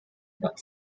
but